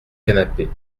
canapé